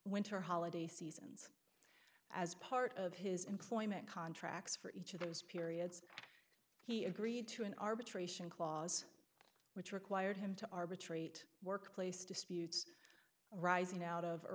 winter holiday season as part of his employment contracts for each of those periods he agreed to an arbitration clause which required him to arbitrate workplace disputes arising out of